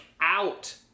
out